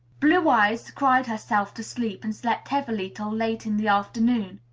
blue eyes cried herself to sleep, and slept heavily till late in the afternoon.